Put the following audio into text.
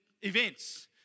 events